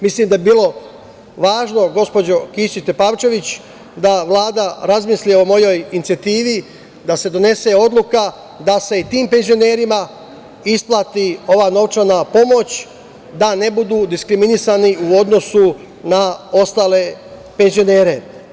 Mislim da bi bilo važno, gospođo Kisić Tepavčević, da Vlada razmisli o mojoj inicijativi da se donese odluka da se i tim penzionerima isplati ova novčana pomoć, da ne budu diskriminisani u odnosu na ostale penzionere.